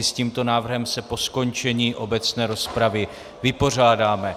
S tímto návrhem se po skončení obecné rozpravy vypořádáme.